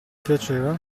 piaceva